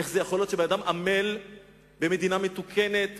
איך זה יכול להיות שבן-אדם עמל במדינה מתוקנת,